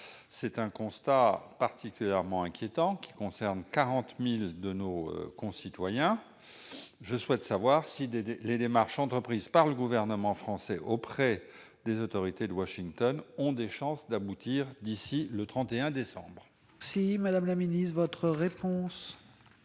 Ce constat est particulièrement inquiétant ; il concerne 40 000 de nos concitoyens. Je souhaite donc savoir si les démarches entreprises par le gouvernement français auprès des autorités de Washington ont des chances d'aboutir d'ici au 31 décembre. La parole est à Mme la secrétaire